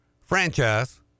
franchise